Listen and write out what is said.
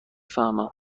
فهمم